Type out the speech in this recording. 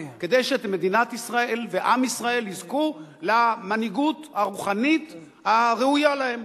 כדי שמדינת ישראל ועם ישראל יזכו למנהיגות הרוחנית הראויה להם.